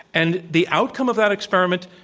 and the outcome of that experiment,